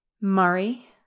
Murray